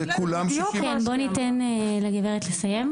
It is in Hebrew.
בואו ניתן לגברת לסיים.